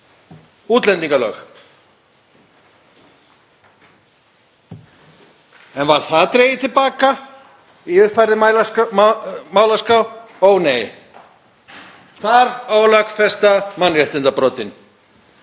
útlendingalög. Var það dregið til baka í uppfærðri málaskrá? Ó, nei. Þar á að lögfesta mannréttindabrotin.